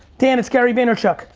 dan, it's gary vaynerchuk.